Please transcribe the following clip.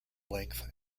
length